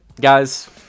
Guys